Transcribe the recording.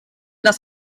das